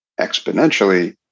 exponentially